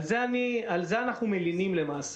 על זה אנחנו מלינים למעשה.